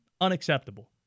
Unacceptable